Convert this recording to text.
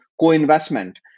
co-investment